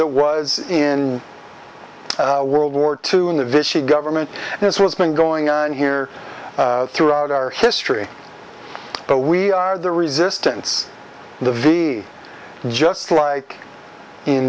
it was in a world war two in the vishy government and that's what's been going on here throughout our history but we are the resistance the v a just like in